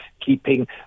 keeping